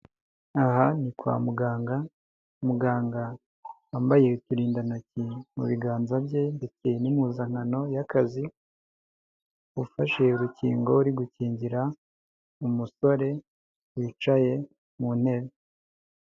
Aha ni kwa muganga muganga wambaye uturindantoki mu biganza bye ndetse n'impuzankano y'akazi, ufashe urukingo uri gukingira umusore wicaye mu ntebe.